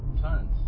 tons